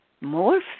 more